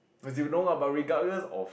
as you know lah but regardless of